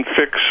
fix